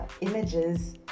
Images